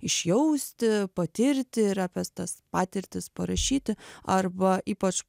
išjausti patirti ir apie s stas patirtis parašyti arba ypač